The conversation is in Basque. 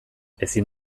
ezin